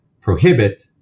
prohibit